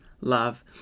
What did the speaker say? love